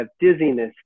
dizziness